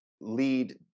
lead